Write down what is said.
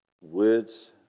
words